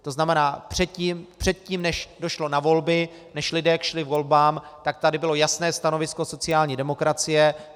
To znamená, předtím než došlo na volby, než lidé šli k volbám, tak tady bylo jasné stanovisko sociální demokracie.